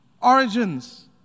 origins